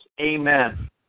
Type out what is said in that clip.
Amen